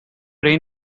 rain